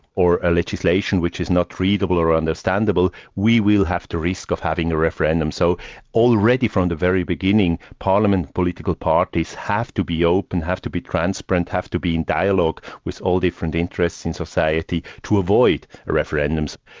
or a legislation which is not readable or or understandable, we will have the risk of having a referendum. so already from the very beginning, parliament, political parties, have to be open, have to be transparent, have to be in dialogue with all different interests in society to avoid referendums.